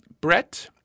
Brett